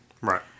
Right